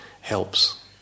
helps